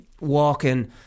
walking